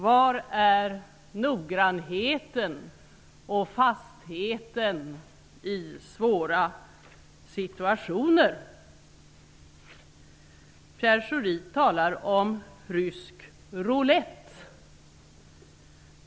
Var är noggrannheten och fastheten i svåra situationer? Pierre Schori talar om rysk roulett.